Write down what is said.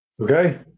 Okay